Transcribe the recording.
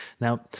Now